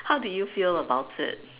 how did you feel about it